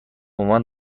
عنوان